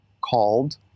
called